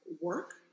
work